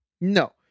no